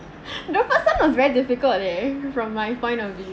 you know first time was very difficult leh from my point of view